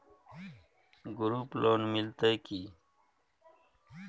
Group loan मिलतै की?